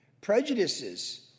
Prejudices